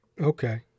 Okay